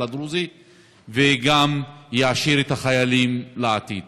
הדרוזי וגם יעשיר את החיילים לעתיד.